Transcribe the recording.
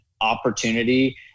opportunity